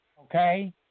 okay